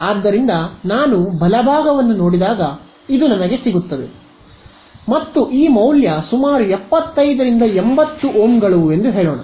ಆದ್ದರಿಂದ ನಾನು ಬಲಭಾಗವನ್ನು ನೋಡಿದಾಗ ಇದು ನನಗೆ ಸಿಗುತ್ತದೆ ಮತ್ತು ಈ ಮೌಲ್ಯ ಸರಿಸುಮಾರು 75 ರಿಂದ 80 ಓಮ್ಗಳು ಎಂದು ಹೇಳೋಣ